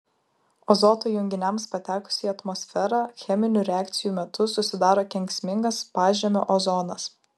azoto junginiams patekus į atmosferą cheminių reakcijų metu susidaro kenksmingas pažemio ozonas